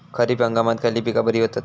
खरीप हंगामात खयली पीका बरी होतत?